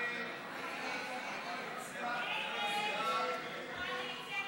ההצעה